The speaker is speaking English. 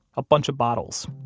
a bunch of bottles.